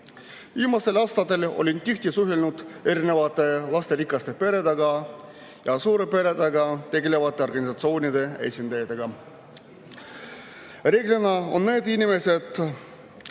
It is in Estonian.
Viimastel aastatel olen tihti suhelnud erinevate lasterikaste peredega ja suurperedega [seotud] organisatsioonide esindajatega. Reeglina on need inimesed